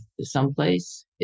someplace